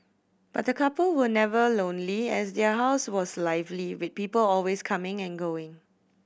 but the couple were never lonely as their house was lively with people always coming and going